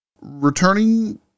Returning